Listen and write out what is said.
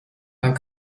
man